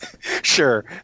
Sure